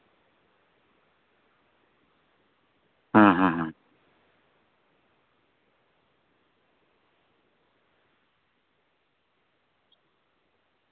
ᱦᱩᱸ ᱦᱩᱸ